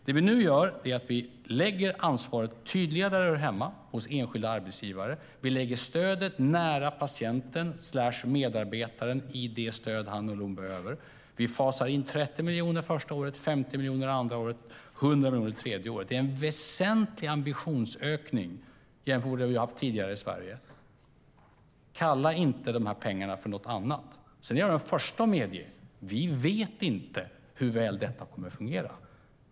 Det vi nu gör är att vi lägger ansvaret tydligare där det hör hemma, hos enskilda arbetsgivare. Vi lägger det stöd som behövs nära patienten/medarbetaren. Vi fasar in 30 miljoner första året, 50 miljoner andra året och 100 miljoner tredje året. Det är en väsentlig ambitionsökning jämfört med den ambition vi har haft tidigare i Sverige. Kalla inte dessa pengar för något annat! Sedan är jag den förste att medge att vi inte vet hur väl detta kommer att fungera.